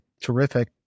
terrific